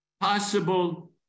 possible